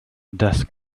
desk